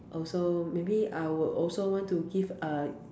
also maybe I would also want to give uh